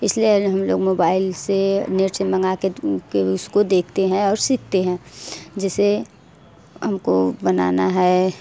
इसलिए हम लोग मोबाइल से नेट से मंगा कर उसको देखते हैं और सीखते हैं जैसे हमको बनाना है